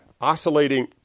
oscillating